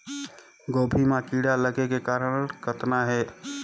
गोभी म कीड़ा लगे के कारण कतना हे?